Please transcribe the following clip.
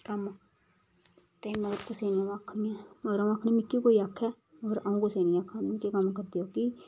कम्म ते में कुसै नी आखना मगर आ'ऊं आखनी मिकी कोई आक्खै मगर अ'ऊं कुसै नी आक्खां मिगी कम्म करी देओ कि